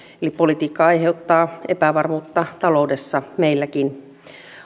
eli politiikka aiheuttaa epävarmuutta taloudessa meilläkin